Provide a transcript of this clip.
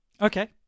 okay